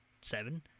Seven